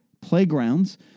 playgrounds